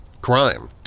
crime